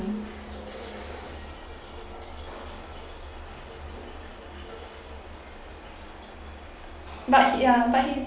but ya but he